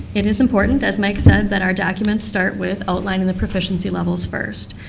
it is important as mike said, that our documents start with outlining the proficiency levels first.